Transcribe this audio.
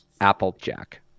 Applejack